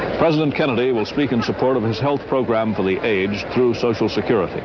president kennedy will speak in support of his health program for the aged through social security.